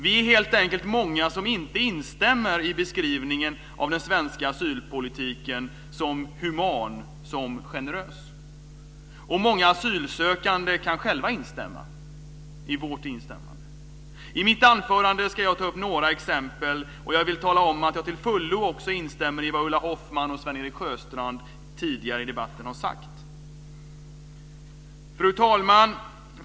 Vi är helt enkelt många som inte instämmer i beskrivningen av den svenska asylpolitiken som human, som generös. Och många asylsökande kan själva instämma i vårt instämmande. I mitt anförande ska jag ta upp några exempel. Jag vill också tala om att jag till fullo instämmer i vad Ulla Hoffmann och Sven-Erik Sjöstrand tidigare i debatten har sagt. Fru talman!